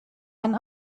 ein